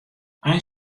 ein